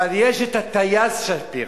אבל יש הטייס שפירא.